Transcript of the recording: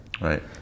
right